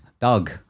Doug